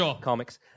comics